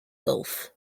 gulf